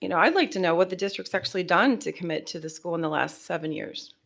you know i'd like to know what the district's actually done to commit to the school in the last seven years.